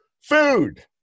food